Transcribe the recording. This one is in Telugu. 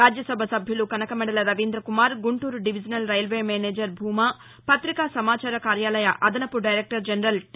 రాజ్యసభ సభ్యులు Kanakamedala Ravindra Kumar Guntur divisional railway manager భూమా పతికా సమాచార కార్యాలయ అదనపు డైరెక్టర్ జనరల్ టి